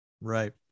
Right